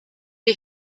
die